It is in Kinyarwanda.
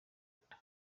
rwanda